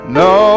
no